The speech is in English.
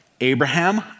Abraham